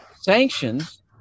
sanctions